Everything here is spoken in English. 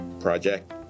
project